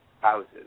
houses